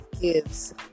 gives